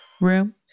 room